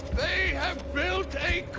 they have built a